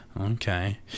Okay